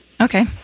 Okay